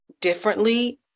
differently